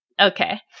okay